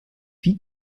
wie